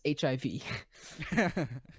HIV